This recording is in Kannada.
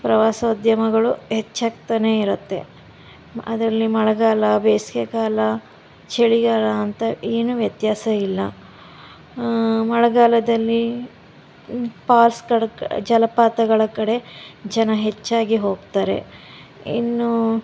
ಪ್ರವಾಸೋದ್ಯಮಗಳು ಹೆಚ್ಚಾಗ್ತಾನೇ ಇರುತ್ತೆ ಅದರಲ್ಲಿ ಮಳೆಗಾಲ ಬೇಸಿಗೆಕಾಲ ಚಳಿಗಾಲ ಅಂತ ಏನು ವ್ಯತ್ಯಾಸ ಇಲ್ಲ ಮಳೆಗಾಲದಲ್ಲಿ ಪಾಲ್ಸ್ಗಳ ಕ ಜಲಪಾತಗಳ ಕಡೆ ಜನ ಹೆಚ್ಚಾಗಿ ಹೋಗ್ತಾರೆ ಇನ್ನೂ